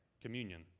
communion